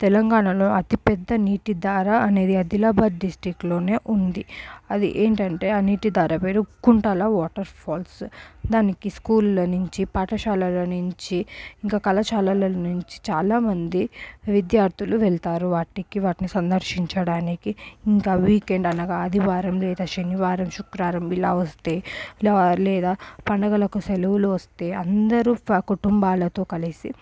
తెలంగాణలో అతిపెద్ద నీటి దారా అనేది ఆదిలాబాదు డిస్ట్రిక్ట్లోనే ఉంది అది ఏంటంటే ఆ నీటి దార పేరు కుంటల వాటర్ ఫాల్స్ దానికి స్కూళ్లలో నుంచి పాఠశాలలో నుంచి ఇంకా కళాశాలలో నుంచి చాలామంది విద్యార్థులు వెళతారు వాటికీ వాటిని సందర్శించడానికి ఇంకా వీకెండ్ అలాగా ఆదివారం లేదా శనివారం శుక్రవారం ఇలా వస్తే ఇలా లేదా పండగలకు సెలవులు వస్తే అందరూ కుటుంబాలతో కలిసి